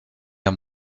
der